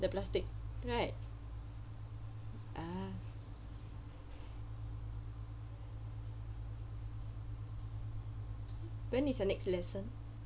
the plastic right ah when is your next lesson